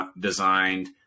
designed